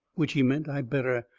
which he meant i better.